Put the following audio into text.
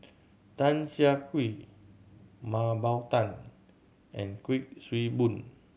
Tan Siah Kwee Mah Bow Tan and Kuik Swee Boon